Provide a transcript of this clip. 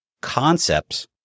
concepts